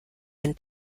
ein